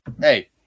hey